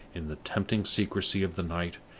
in the tempting secrecy of the night,